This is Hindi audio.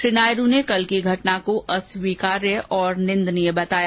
श्री नायड् ने कल की घटना को अस्वीकार्य और निदनीय बताया